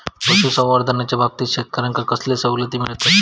पशुसंवर्धनाच्याबाबतीत शेतकऱ्यांका कसले सवलती मिळतत?